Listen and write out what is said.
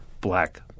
black